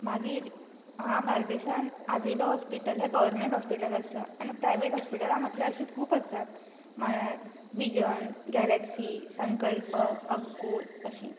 मागीर हांगा बार्देसान आझिलो हॉस्पिटल हें गर्वनमेंट हॉस्पिटल आसा आनी प्रायवेट हॉस्पिटलां म्हटल्यार अशीं खूब आसात म्हल्यार विझन गॅलेक्सी संकल्प अपगोल अशीं